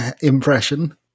impression